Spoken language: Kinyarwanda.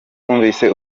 wumvise